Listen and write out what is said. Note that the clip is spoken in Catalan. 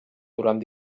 durant